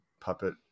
puppet